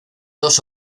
dos